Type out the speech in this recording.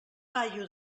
paio